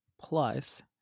plus